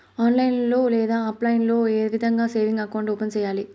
online లో లేదా offline లో ఏ విధంగా సేవింగ్ అకౌంట్ ఓపెన్ సేయాలి